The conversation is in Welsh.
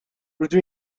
rydw